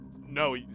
no